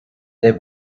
they